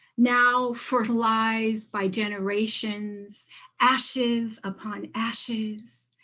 now fertilized by generations ashes upon ashes,